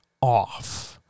off